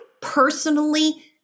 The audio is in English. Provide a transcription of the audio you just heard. personally